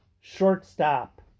shortstop